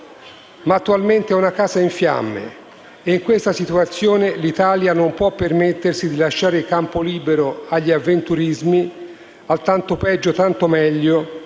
ma attualmente è una casa in fiamme, e in questa situazione l'Italia non può permettersi di lasciare campo libero agli avventurismi, al tanto peggio tanto meglio,